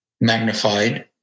magnified